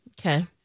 Okay